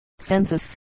Census